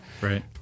Right